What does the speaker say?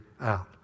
out